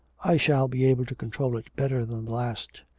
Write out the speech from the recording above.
i shall be able to control it better than the last,